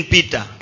Peter